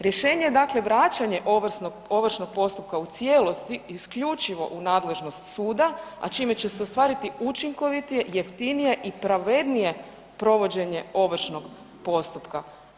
Rješenje je dakle vraćanje ovršnog postupka u cijelosti i isključivo u nadležnost suda, a čime će se ostvariti učinkovitije, jeftinije i pravednije provođenje ovršnog postupka.